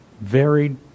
varied